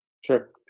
sure